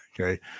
Okay